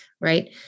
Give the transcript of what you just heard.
right